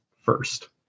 first